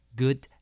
good